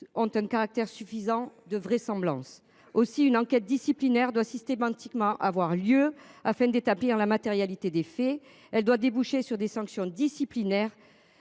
ont un caractère suffisant de vraisemblance. Aussi, une enquête disciplinaire doit systématiquement avoir lieu afin d’établir la matérialité des faits. Elle doit déboucher sur des sanctions disciplinaires